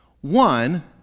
One